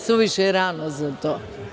Suviše je rano za to.